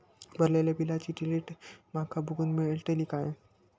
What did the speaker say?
भरलेल्या बिलाची डिटेल माका बघूक मेलटली की नाय?